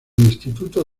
instituto